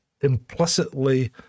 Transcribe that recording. implicitly